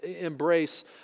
embrace